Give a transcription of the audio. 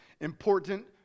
Important